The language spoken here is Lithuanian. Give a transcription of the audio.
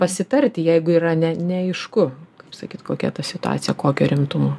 pasitarti jeigu yra ne neaišku kaip sakyt kokia ta situacija kokio rimtumo